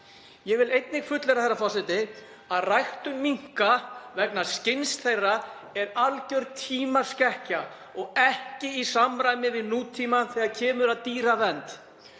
Ég fullyrði einnig, herra forseti, að ræktun minka vegna skinns þeirra er alger tímaskekkja og ekki í samræmi við nútímann þegar kemur að dýravernd.